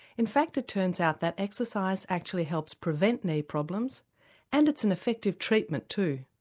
in fact it turns out that exercise actually helps prevent knee problems and it's an effective treatment too.